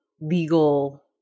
legal